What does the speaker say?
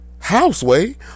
houseway